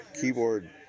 keyboard